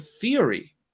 theory